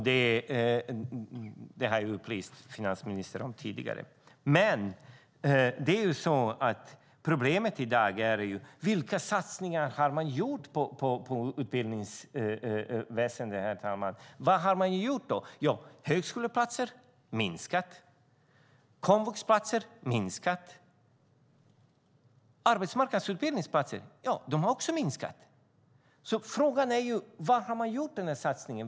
Det har jag upplyst finansministern om tidigare. Problemet i dag är: Vilka satsningar har man gjort på utbildningsväsendet? Vad har man gjort? Högskoleplatserna har minskat i antal, komvuxplatserna har minskat och arbetsmarknadsplatser har också minskat i antal. Vad har man gjort för satsning?